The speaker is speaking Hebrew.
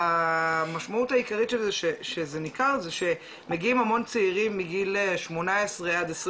המשמעות העיקרית של זה שזה ניכר זה שמגיעים המון צעירים מגיל 18 עד 25